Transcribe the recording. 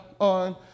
on